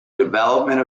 development